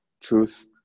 Truth